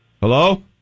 Hello